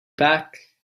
pack